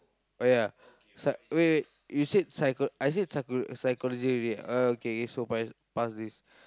oh ya psy~ wait wait wait you said psycho~ I said psycho~ psychology already oh okay okay so p~ pass this